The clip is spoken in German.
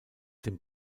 dem